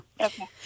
Okay